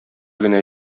генә